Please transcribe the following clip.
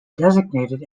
designated